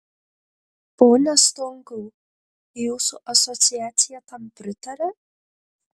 pone stonkau jūsų asociacija tam pritaria